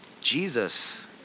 Jesus